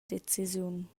decisiun